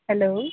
hello